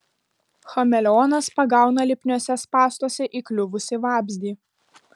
chameleonas pagauna lipniuose spąstuose įkliuvusį vabzdį